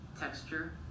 texture